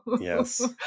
yes